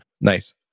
Nice